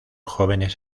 jóvenes